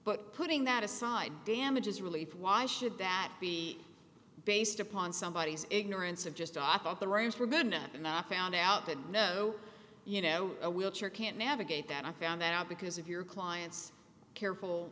but putting that aside damages relief why should that be based upon somebody's ignorance of just i thought the rains were bad enough and i found out that no you know a wheelchair can't navigate that i found out because of your client's careful